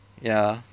ya